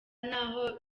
naho